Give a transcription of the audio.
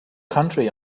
country